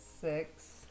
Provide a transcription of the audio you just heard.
six